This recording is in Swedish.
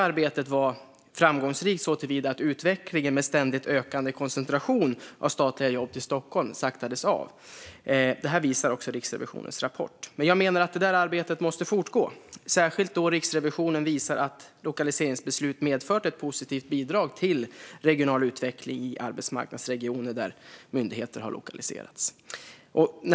Arbetet var framgångsrikt såtillvida att utvecklingen med en ständigt ökande koncentration av statliga jobb till Stockholm saktades ned, vilket Riksrevisionens rapport också visar. Men jag menar att arbetet måste fortgå, särskilt då Riksrevisionen visar att lokaliseringsbeslut medfört ett positivt bidrag till regional utveckling i de arbetsmarknadsregioner där myndigheter har lokaliserats.